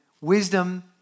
wisdom